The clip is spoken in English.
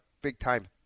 big-time